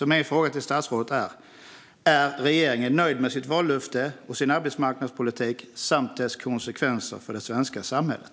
Min fråga till statsrådet är därför: Är regeringen nöjd med sitt vallöfte och sin arbetsmarknadspolitik samt dess konsekvenser för det svenska samhället?